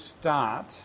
start